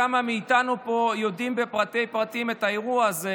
כמה מאיתנו פה יודעים לפרטי-פרטים על האירוע הזה,